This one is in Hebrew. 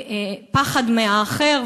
פחד מהאחר,